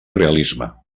realisme